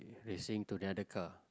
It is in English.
racing to the other car